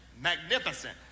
magnificent